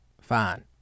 Fine